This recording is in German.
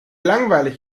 langweilig